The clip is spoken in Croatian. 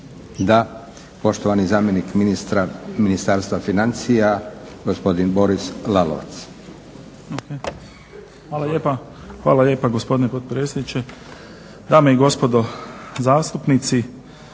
Da. Poštovani zamjenik ministra Ministarstva financija gospodin Boris Lalovac. **Lalovac, Boris** Hvala lijepa gospodine potpredsjedniče, dame i gospodo zastupnici.